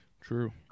True